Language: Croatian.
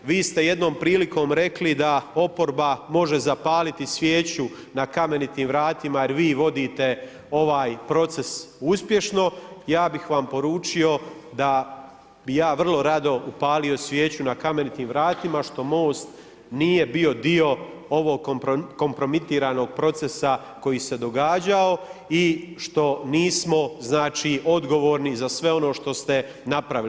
Vi ste jednom prilikom rekli da oproba može zapaliti svijeću na Kamenitim vratima, jer vi vodite ovaj proces uspješno, ja bi vam poručio da bi ja vrlo rado upalio svijeću na Kamenitim vratima, što Most nije bio dio ovog kompromitiranog procesa koji se događao i što nismo odgovorni za sve ono što ste napravili.